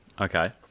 Okay